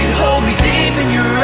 me deep in your